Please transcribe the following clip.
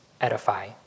edify